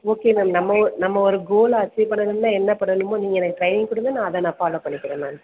okay ma'am நம்ம நம்ம ஒரு கோலை அச்சீவ் பண்ணணும்ன்னா என்ன பண்ணணுமோ நீங்கள் எனக்கு ட்ரெய்னிங் கொடுங்க நான் அதை நான் ஃபாலோ பண்ணிக்கிறேன் மேம்